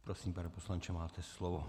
Prosím, pane poslanče, máte slovo.